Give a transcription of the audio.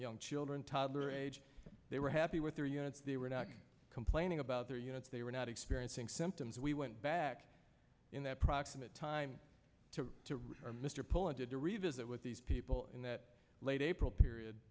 young children toddler age they were happy with their units they were not complaining about their units they were not experiencing symptoms we went back in that proximate time to to mr poland to revisit with these people in that late april period